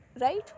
right